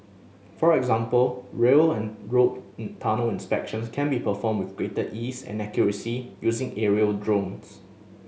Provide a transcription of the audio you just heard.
for example rail and road tunnel inspections can be performed with greater ease and accuracy using aerial drones